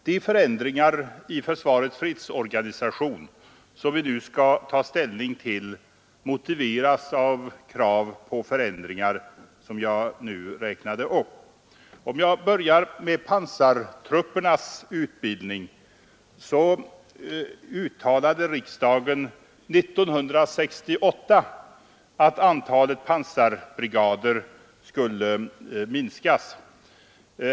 De förändringar i försvarets fredsorganisation som vi nu skall ta ställning till motiveras av krav på förändringar som jag här räknat upp. I fråga om pansartruppernas utbildning uttalade riksdagen 1968 att antalet pansarbrigader skulle minskas.